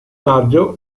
maggio